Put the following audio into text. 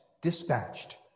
dispatched